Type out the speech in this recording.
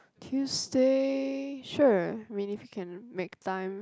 Tuesday sure meaning if you can make time